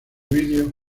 vídeo